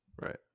Right